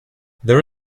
they’re